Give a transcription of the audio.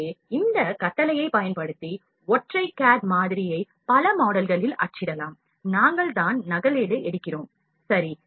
எனவே இந்த கட்டளையைப் பயன்படுத்தி ஒற்றை CAD மாதிரியை பல மாடல்களில் அச்சிடலாம் நாங்கள் தான் நகலெடு எடுக்கிறோம் சரி